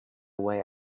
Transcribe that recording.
way